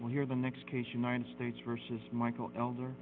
we're the next case united states versus michael elder